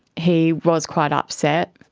he was quite upset,